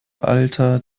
alter